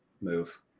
move